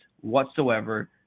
whatsoever